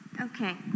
Okay